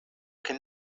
could